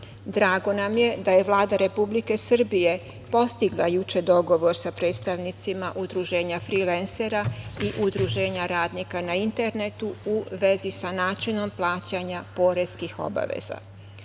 nam je da je Vlada Republike Srbije postigla juče dogovor sa predstavnicima Udruženja frilensera i Udruženja radnika na internetu u vezi sa načinom plaćanja poreskih obaveza. Vlada